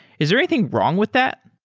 is there anything wrong with that?